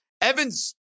Evans